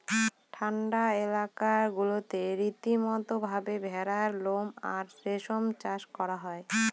ঠান্ডা এলাকা গুলাতে রীতিমতো ভাবে ভেড়ার লোম আর রেশম চাষ করা হয়